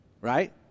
right